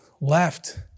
left